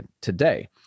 today